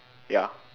ya